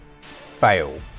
fail